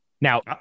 Now